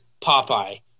Popeye